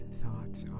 thoughts